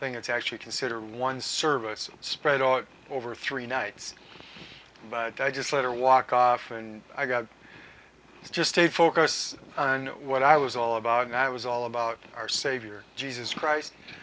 thing it's actually consider one service spread all over three nights but i just let her walk off and i got just a focus on what i was all about and i was all about our savior jesus christ